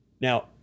now